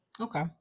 Okay